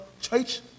church